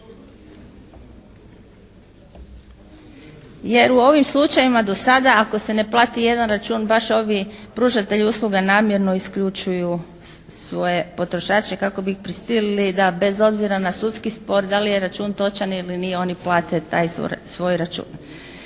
Jer u ovim slučajevima do sada ako se ne plati jedan račun baš ovi pružatelji usluga namjerno isključuju svoje potrošače kako bi ih prisilili da bez obzira na sudski spor da li je račun točan ili nije oni plate taj svoj račun.